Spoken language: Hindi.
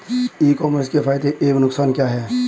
ई कॉमर्स के फायदे एवं नुकसान क्या हैं?